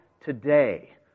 today